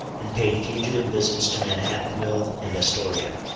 and paid fugitive visits to manhattanville and astoria.